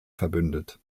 verbündet